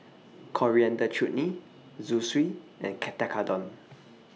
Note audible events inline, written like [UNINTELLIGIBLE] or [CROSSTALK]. Coriander Chutney Zosui and [UNINTELLIGIBLE] Tekkadon